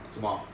什么